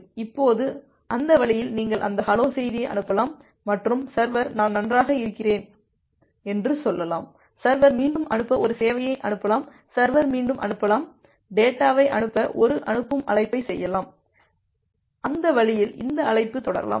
இப்போது அந்த வழியில் நீங்கள் அந்த ஹலோ செய்தியை அனுப்பலாம் மற்றும் சர்வர் நான் நன்றாக இருக்கிறேன் என்று சொல்லலாம் சர்வர் மீண்டும் அனுப்ப ஒரு சேவையை அனுப்பலாம் சர்வர் மீண்டும் அனுப்பலாம் டேட்டாவை அனுப்ப ஒரு அனுப்பும் அழைப்பை செய்யலாம் அந்த வழியில் இந்த அழைப்பு தொடரலாம்